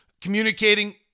communicating